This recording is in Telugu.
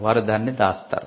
వారు దానిని దాస్తారు